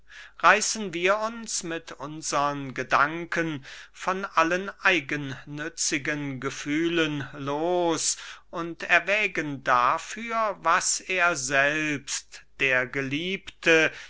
reißen wir uns mit unsern gedanken von allen eigennützigen gefühlen los und erwägen dafür was er selbst der geliebte